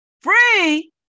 Free